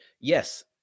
Yes